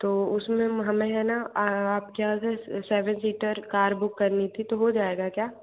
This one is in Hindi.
तो उसमें हमें है ना आप के यहाँ से सेबन सीटर कार बुक करनी थी तो हो जाएगा क्या